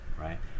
right